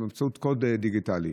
באמצעות קוד דיגיטלי.